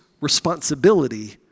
responsibility